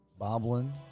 Boblin